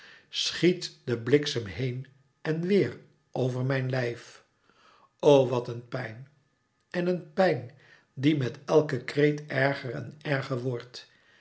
schiet de bliksem heen en weêr over mijn lijf o wat een pijn en een pijn die met elken kreet erger en erger wordt